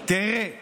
תראה,